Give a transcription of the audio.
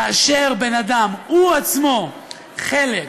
כאשר בן אדם, הוא עצמו, חלק